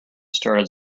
started